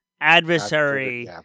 adversary